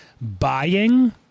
buying